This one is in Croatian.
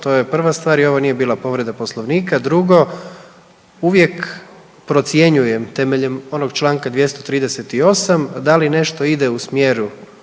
to je prva stvar i ovo nije bila povreda Poslovnika. Drugo, uvijek procjenjujem temeljem onog Članka 238. da li nešto ide u smjeru